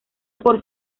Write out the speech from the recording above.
por